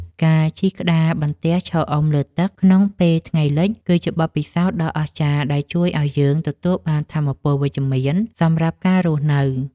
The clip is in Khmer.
ការជិះក្តារបន្ទះឈរអុំលើទឹកក្នុងពេលថ្ងៃលិច គឺជាបទពិសោធន៍ដ៏អស្ចារ្យដែលជួយឱ្យយើងទទួលបានថាមពលវិជ្ជមានសម្រាប់ការរស់នៅ។